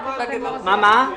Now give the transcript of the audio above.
כן, קשורה למעוז.